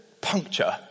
Puncture